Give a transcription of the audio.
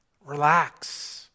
Relax